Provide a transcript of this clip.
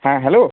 হ্যাঁ হ্যালো